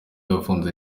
yafunze